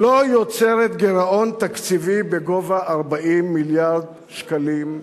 לא יוצרת גירעון תקציבי בגובה 40 מיליארד שקלים,